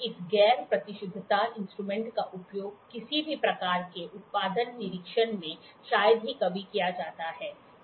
इस गैर परिशुद्धता इंस्ट्रूमेंट का उपयोग किसी भी प्रकार के उत्पादन निरीक्षण में शायद ही कभी किया जाता है